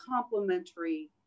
complementary